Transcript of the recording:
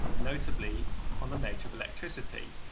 notably on the nature of electricity.